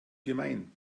gemein